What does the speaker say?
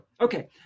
okay